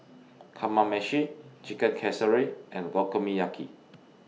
Kamameshi Chicken Casserole and